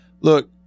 Look